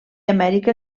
amèrica